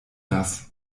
das